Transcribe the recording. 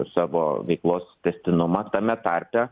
savo veiklos tęstinumą tame tarpe